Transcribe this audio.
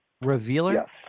Revealer